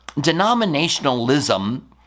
denominationalism